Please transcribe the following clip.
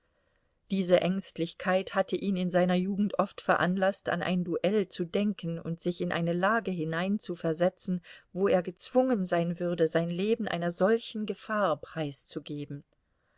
diese ängstlichkeit hatte ihn in seiner jugend oft veranlaßt an ein duell zu denken und sich in eine lage hineinzuversetzen wo er gezwungen sein würde sein leben einer solchen gefahr preiszugeben